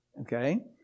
okay